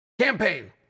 campaign